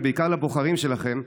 ובעיקר לבוחרים שלכם,